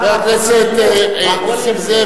חבר הכנסת נסים זאב,